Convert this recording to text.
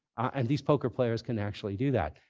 and these poker players can actually do that.